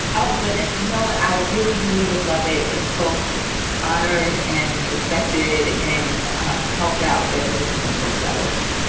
oh, goodness. you know what? i really, really would love it if folks honored and respected and um helped out there independent booksellers.